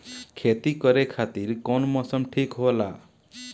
खेती करे खातिर कौन मौसम ठीक होला?